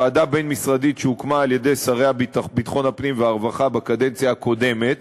ועדה בין-משרדית שהוקמה על-ידי שרי ביטחון הפנים והרווחה בקדנציה הקודמת